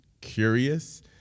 curious